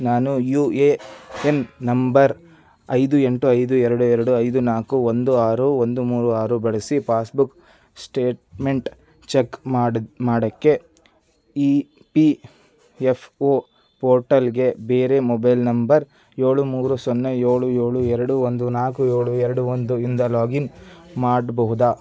ನಾನು U A N number ಐದು ಎಂಟು ಐದು ಎರಡು ಎರಡು ಐದು ನಾಲ್ಕು ಒಂದು ಆರು ಒಂದು ಮೂರು ಆರು ಬಳಸಿ ಪಾಸ್ಬುಕ್ ಸ್ಟೇಟ್ಮೆಂಟ್ ಚೆಕ್ ಮಾಡೋಕ್ಕೆ ಇ ಪಿ ಎಫ್ ಓ ಪೋರ್ಟಲ್ಗೆ ಬೇರೆ ಮೊಬೈಲ್ ನಂಬರ್ ಏಳು ಮೂರು ಸೊನ್ನೆ ಏಳು ಏಳು ಎರಡು ಒಂದು ನಾಲ್ಕು ಏಳು ಎರಡು ಒಂದು ಇಂದ ಲಾಗಿನ್ ಮಾಡಬಹುದ